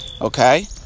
Okay